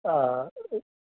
ஆ